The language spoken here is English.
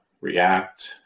react